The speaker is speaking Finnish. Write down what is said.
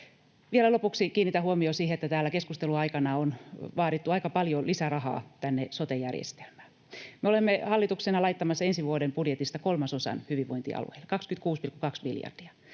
Vielä lopuksi kiinnitän huomion siihen, että täällä keskustelun aikana on vaadittu aika paljon lisärahaa sote-järjestelmään. Me olemme hallituksena laittamassa ensi vuoden budjetista kolmasosan hyvinvointialueille, 26,2 miljardia.